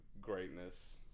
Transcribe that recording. greatness